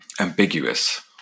ambiguous